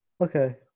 okay